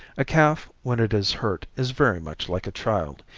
a calf when it is hurt is very much like a child,